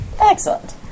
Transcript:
excellent